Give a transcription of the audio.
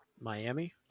Miami